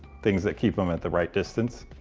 things that keep them at the right distance.